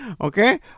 Okay